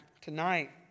tonight